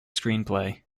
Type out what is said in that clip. screenplay